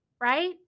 right